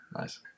nice